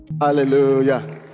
Hallelujah